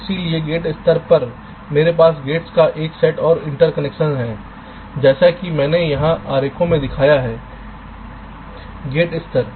इसलिए गेट स्तर पर मेरे पास गेट्स का एक सेट और इंटरकनेक्शन है जैसा कि मैंने यहां आरेखों में दिखाया है गेट स्तर